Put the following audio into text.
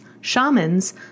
shamans